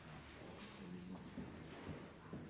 Statsråd